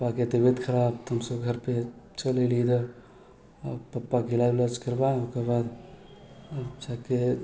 पप्पाके तबियत खराब हमसब घरपर चलि अएली इधर पप्पाके इलाज उलाज करबा ओकर बाद जाके